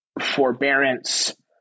forbearance